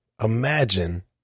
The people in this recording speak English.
Imagine